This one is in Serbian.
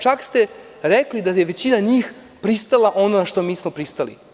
Čak ste rekli da je većina njih pristala na ono na šta mi nismo pristali.